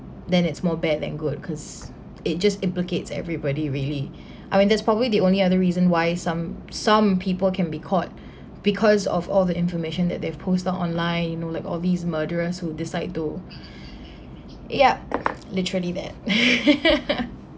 then it's more bad than good cause it just implicates everybody really I mean that's probably the only other reason why some some people can be caught because of all the information that they've posted online you know like all these murderers who decide to yup literally that